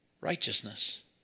righteousness